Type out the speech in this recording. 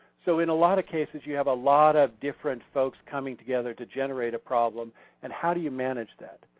so in a lot of cases you have a lot of different folks coming together to generate problem and how do you manage that?